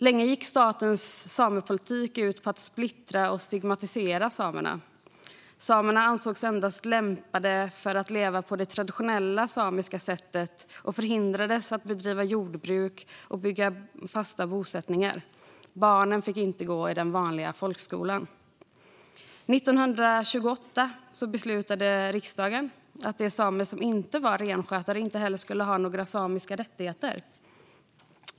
Länge gick statens samepolitik ut på att splittra och stigmatisera samerna. Samerna ansågs endast lämpade för att leva på det traditionella samiska sättet och förhindrades att bedriva jordbruk och bygga fasta bosättningar. Barnen fick inte heller gå i den vanliga folkskolan. År 1928 beslutade riksdagen att de samer som inte var renskötare inte heller skulle ha några samiska rättigheter.